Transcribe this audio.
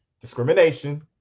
discrimination